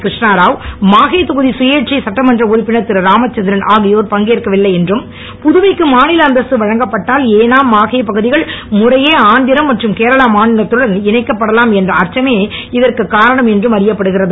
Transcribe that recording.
இருஷ்ணாராவ் மாஹே தொகுதி சுயேச்சை சட்டமன்ற உறுப்பினரர் இருராமச்சந்திரன் ஆகியோர் பங்கேற்கவில்லை என்றும் புதுவைக்கு மாநில அந்தஸ்து வழங்கப்பட்டால் ஏனும் மாஹே பகுதிகள் முறையே ஆந்திரம் மற்றும் கேரள மாநிலத்துடன் இணைக்கப்படலாம் என்ற அச்சமே இதற்குக் காரணம் என்றும் அறியப்படுகிறது